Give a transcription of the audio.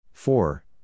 Four